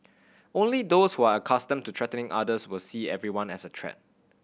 only those who are accustomed to threatening others will see everyone as a threat